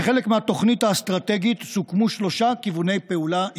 כחלק מהתוכנית האסטרטגית סוכמו שלושה כיווני פעולה עיקריים: